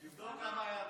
תבדוק כמה היה הדולר.